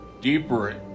deeper